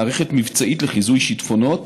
מערכת מבצעית לחיזוי שיטפונות